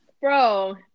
Bro